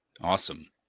Awesome